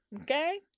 okay